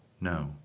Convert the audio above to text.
no